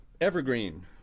evergreen